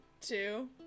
two